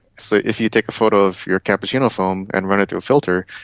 so if you take a photo of your cappuccino foam and run it through a filter,